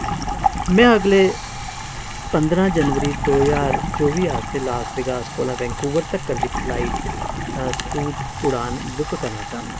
में अगले पंदरां जनवरी दो ज्हार चौबी आस्तै लास वेगास कोला वैंकूवर तक्कर दी फ्लाइट स्कूट उड़ान बुक करना चाह्न्नां